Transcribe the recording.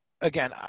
Again